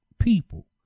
people